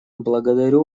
благодарю